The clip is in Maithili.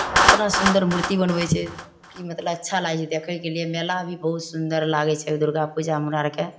इतना सुन्दर मूर्ति बनबै छै कि मतलब अच्छा लागै छै देखयके लिए मेला भी बहुत सुन्दर लागै छै दुर्गा पूजा हमरा आरकेँ